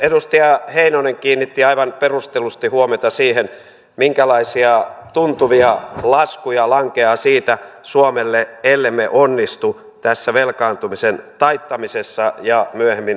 edustaja heinonen kiinnitti aivan perustellusti huomiota siihen minkälaisia tuntuvia laskuja lankeaa suomelle ellemme onnistu tässä velkaantumisen taittamisessa ja myöhemmin pysäyttämisessä